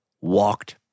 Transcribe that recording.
walked